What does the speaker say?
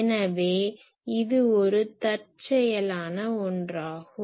எனவே இது ஒரு தற்செயலான ஒன்றாகும்